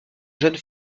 jeune